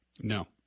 no